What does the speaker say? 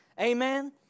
Amen